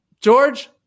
George